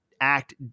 act